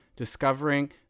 Discovering